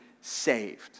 saved